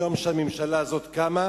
מהיום שהממשלה הזאת קמה